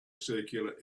circular